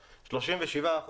37%,